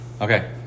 okay